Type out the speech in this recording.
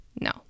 No